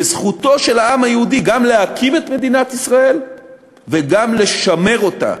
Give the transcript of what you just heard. בזכותו של העם היהודי גם להקים את מדינת ישראל וגם לשמר אותה,